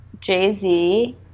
Jay-Z